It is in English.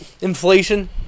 Inflation